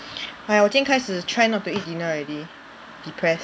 !aiya! 我今天开始 try not to eat dinner already depressed